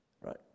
Right